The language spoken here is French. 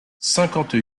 cinquante